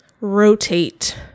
rotate